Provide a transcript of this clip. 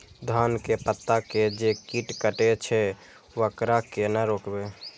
धान के पत्ता के जे कीट कटे छे वकरा केना रोकबे?